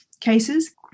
cases